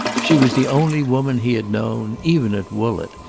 she was the only woman he had known, even at woollett,